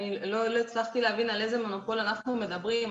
אני לא הצלחתי להבין על איזה מונופול אנחנו מדברים.